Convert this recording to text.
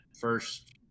first